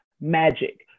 magic